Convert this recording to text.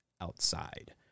outside